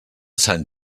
sant